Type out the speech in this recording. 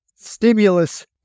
stimulus